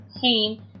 pain